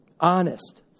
Honest